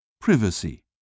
Privacy